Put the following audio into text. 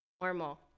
normal